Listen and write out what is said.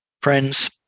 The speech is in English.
Friends